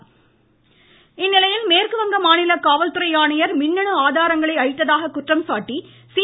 உச்சநீதிமன்றம் இந்நிலையில் மேற்கு வங்க மாநில காவல்துறை ஆணையர் மின்னணு ஆதாரங்களை அழித்ததாக குற்றம் சாட்டி சி